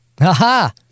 Aha